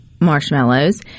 marshmallows